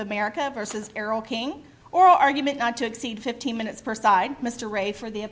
america versus carol king or argument not to exceed fifteen minutes per side mr ray for the